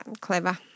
clever